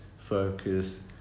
focus